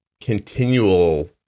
continual